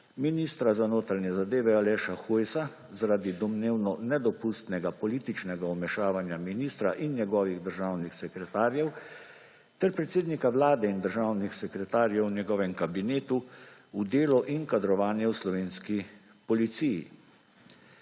ministra za notranje zadeve Aleša Hojsa zaradi domnevno nedopustnega političnega vmešavanja ministra in njegovih državnih sekretarjev ter predsednika Vlade in državnih sekretarjev v njegovem Kabinetu v delo in kadrovanje v slovenski policiji.